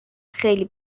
خیلی